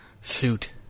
suit